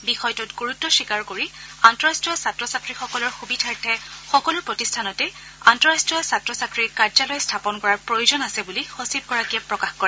বিষয়টোত গুৰুত্ব স্বীকাৰ কৰি আন্তঃৰট্টীয় ছাত্ৰ ছাত্ৰীসকলৰ সুবিধাৰ্থে সকলো প্ৰতিষ্ঠানতে আন্তঃৰট্টীয় ছাত্ৰ ছাত্ৰীৰ কাৰ্যালয় স্থাপন কৰাৰ প্ৰয়োজন আছে বুলি সচিবগৰাকীয়ে প্ৰকাশ কৰে